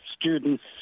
students